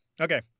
Okay